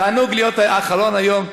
תענוג להיות אחרון היום.